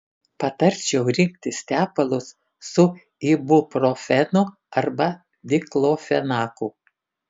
patarčiau rinktis tepalus su ibuprofenu arba diklofenaku